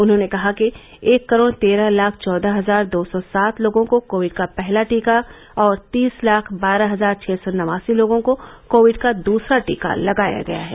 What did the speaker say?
उन्होंने कहा कि एक करोड़ तेरह लाख चौदह हजार दो सौ सात लोगों को कोविड का पहला दीका और तीस लाख बारह हजार छः सौ नवासी लोगों को कोविड का दूसरा टीका लगाया गया है